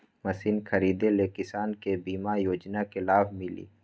Machine खरीदे ले किसान के बीमा योजना के लाभ मिली?